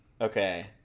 Okay